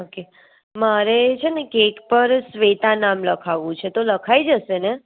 okay મારે છેને cake પર સ્વેતા નામ લખાવું છે તો લખાઈ જસેને